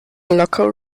locker